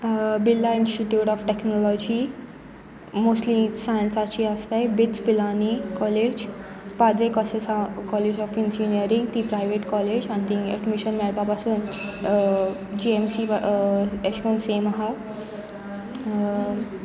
Birla institute of technology mostly सायन्साची आसतात BITS Pilani college Padre Conceicao college of engineering ती प्रायवेट कॉलेज आनी थंय एडमिशन मेळपा पासून जी एम सी अशे करून सेम आसा